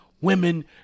women